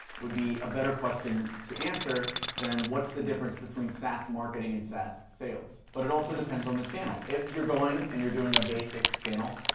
would be a better question to answer than what's the difference between saas marketing and saas sales? but it also depends on the channel. if you're going and you're doing a basics channel,